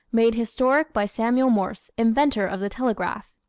made historic by samuel morse, inventor of the telegraph.